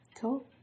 cool